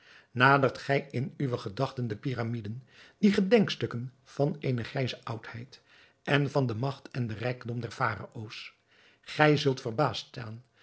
nadert gij in uwe gedachten de pyramiden die gedenkstukken van eene grijze oudheid en van de magt en den rijkdom der pharao's gij zult verbaasd staan